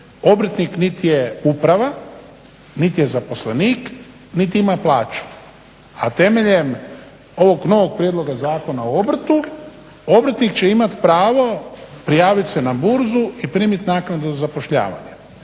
obrtnik niti je uprava, niti je zaposlenik, niti ima plaću. A temeljem ovog novog prijedloga Zakona o obrtu obrtnik će imati pravo prijavit se na burzu i primit naknadu za zapošljavanje.